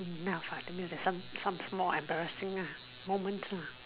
enough ah that means there some some small embarrassing ah moments lah